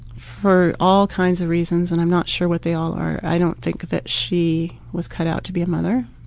for all kinds of reasons, and i'm not sure what they all are, i don't think she was cut out to be a mother.